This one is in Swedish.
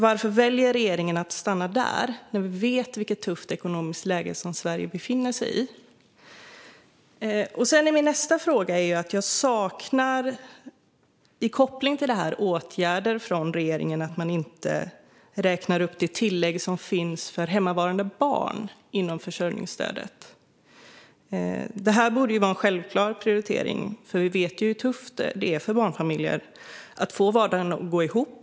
Varför väljer regeringen att stanna där när vi vet vilket tufft ekonomiskt läge som Sverige befinner sig i? Jag har en fråga till. Jag saknar i koppling till detta åtgärder från regeringen. Man räknar inte upp det tillägg som finns för hemmavarande barn inom försörjningsstödet. Det borde vara en självklar prioritering. Vi vet hur tufft det är för barnfamiljer att få vardagen att gå ihop.